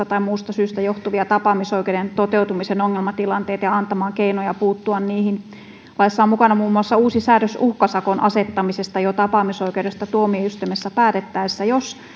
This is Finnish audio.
tai muusta syystä johtuvia tapaamisoikeuden toteutumisen ongelmatilanteita ja antamaan keinoja puuttua niihin laissa on mukana muun muassa uusi säädös uhkasakon asettamisesta jo tapaamisoikeudesta tuomioistuimessa päätettäessä jos